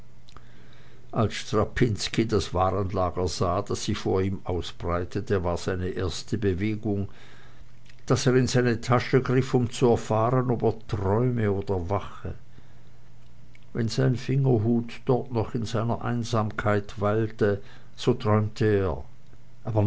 als strapinski das warenlager sah das sich vor ihm ausbreitete war seine erste bewegung daß er in seine tasche griff um zu erfahren ob er träume oder wache wenn sein fingerhut dort noch in seiner einsamkeit weilte so träumte er aber